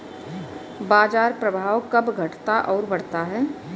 बाजार प्रभाव कब घटता और बढ़ता है?